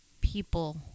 People